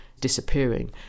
disappearing